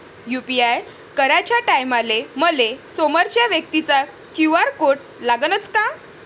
UPI कराच्या टायमाले मले समोरच्या व्यक्तीचा क्यू.आर कोड लागनच का?